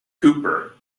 cooper